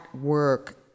work